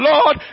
Lord